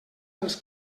dels